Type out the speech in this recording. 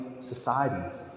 societies